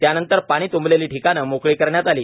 त्यानंतर पाणी तुंबलेली ठिकाणं मोकळी करण्यात आली